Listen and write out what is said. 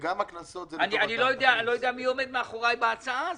אני לא יודע מי עומד מאחוריי בהצעה הזאת,